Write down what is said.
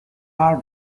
are